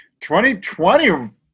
2020